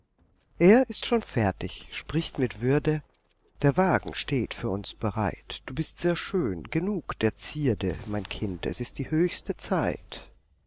er ist schon fertig spricht mit würde der wagen steht für uns bereit du bist sehr schön genug der zierde mein kind es ist die höchste zeit